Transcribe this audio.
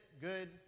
good